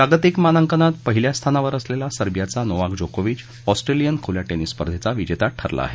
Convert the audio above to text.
जागतिक मानांकनात पहिल्या स्थानावर असलेला सर्बियाचा नोवाक जोकोविच ऑस्ट्रेलियन खुल्या टेनिस स्पर्धेचा विजेता ठरला आहे